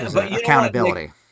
accountability